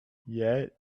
yet